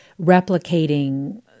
replicating